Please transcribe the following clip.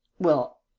well.